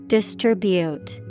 Distribute